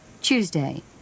Tuesday